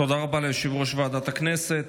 תודה רבה ליושב-ראש ועדת הכנסת.